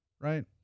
right